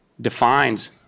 defines